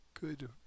Good